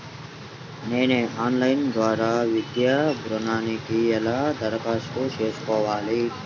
నేను ఆన్లైన్ ద్వారా విద్యా ఋణంకి ఎలా దరఖాస్తు చేసుకోవాలి?